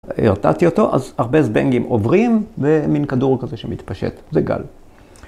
הרתעתי אותו, אז הרבה זבנגים עוברים, ומין כדור כזה שמתפשט, זה גל.